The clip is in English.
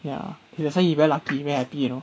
ya that's why you very lucky very happy you know